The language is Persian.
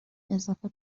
اضافه